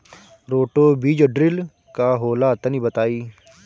Roto बीज drill का होला तनि बताई?